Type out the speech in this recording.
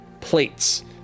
plates